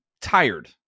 tired